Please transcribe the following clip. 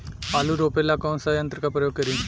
आलू रोपे ला कौन सा यंत्र का प्रयोग करी?